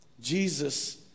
Jesus